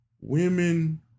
women